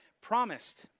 promised